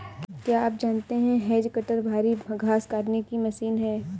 क्या आप जानते है हैज कटर भारी घांस काटने की मशीन है